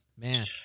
man